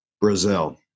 Brazil